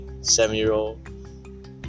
seven-year-old